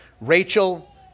Rachel